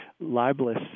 libelous